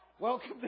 Welcome